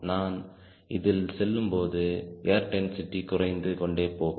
நான் இதில் செல்லும்போது ஏர் டென்சிட்டி குறைந்து கொண்டே போகும்